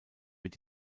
wird